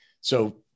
so-